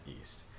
east